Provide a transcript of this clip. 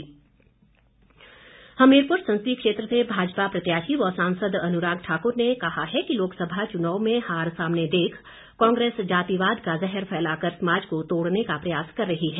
अनुराग हमीरपुर संसदीय क्षेत्र से भाजपा प्रत्याशी व सांसद अनुराग ठाक्र ने कहा है कि लोकसभा चुनाव में हार सामने देख कांग्रेस जातिवाद का जहर फैलाकर समाज को तोड़ने का प्रयास कर रही है